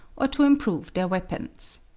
or to improve their weapons.